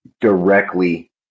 directly